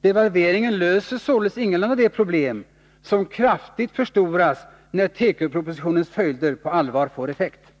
Devalveringen löser ingalunda de problem som kraftigt förstoras när tekopropositionens följder på allvar slår igenom.